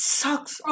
sucks